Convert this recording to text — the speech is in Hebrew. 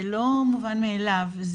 זה לא מובן מאליו,